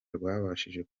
rwabashije